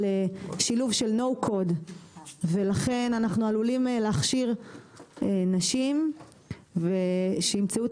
שילוב של no code ולכן אנחנו עלולים להכשיר נשים שימצאו את